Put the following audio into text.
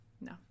No